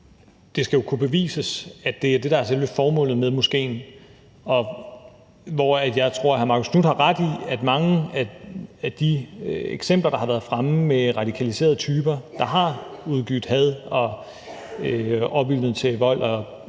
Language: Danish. Det skal jo kunne bevises, at det er det, der er selve formålet med moskéen. Jeg tror, at hr. Marcus Knuth har ret i, at mange af dem, der har været fremme som eksempler på radikaliserede typer, der har udgydt had, opildnet til vold og bakket